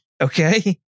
okay